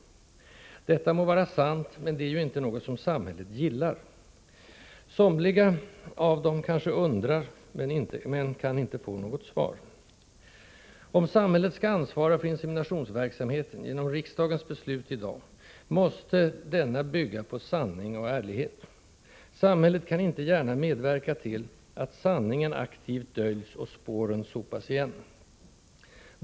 Detta må vara sant, men det är inte något som samhället gillar. Somliga av dem kanske undrar, men de kan inte få något svar. Om samhället skall ansvara för inseminationsverksamheten — genom riksdagens beslut i dag — måste denna bygga på sanning och ärlighet. Samhället kan inte gärna medverka till att sanningen aktivt döljs och spåren sopas igen.